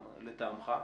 לטעמך.